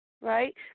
Right